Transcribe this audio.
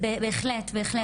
בהחלט, בהחלט.